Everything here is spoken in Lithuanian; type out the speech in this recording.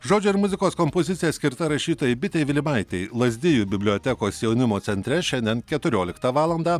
žodžio ir muzikos kompozicija skirta rašytojai bitei vilimaitei lazdijų bibliotekos jaunimo centre šiandien keturioliktą valandą